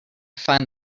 find